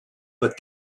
but